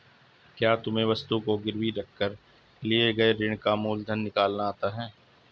क्या तुम्हें वस्तु को गिरवी रख कर लिए गए ऋण का मूलधन निकालना आता है?